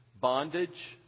Bondage